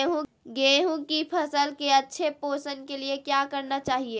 गेंहू की फसल के अच्छे पोषण के लिए क्या करना चाहिए?